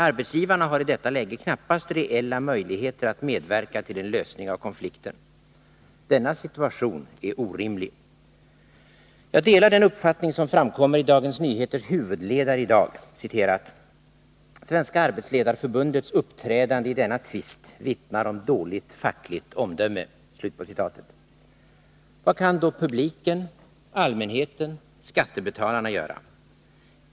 Arbetsgivarna har i detta läge knappast reella möjligheter att medverka till en lösning av konflikten. Denna situation är orimlig. | Jag delar den uppfattning som framkommer i Dagens Nyheters huvudledare i dag: ”SALF:s uppträdande i denna tvist vittnar om dåligt fackligt omdöme.” Vad kan då publiken, allmänheten, skattebetalarna göra?